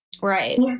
right